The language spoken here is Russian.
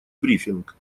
брифинг